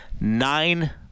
nine